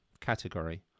category